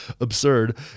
absurd